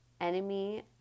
enemy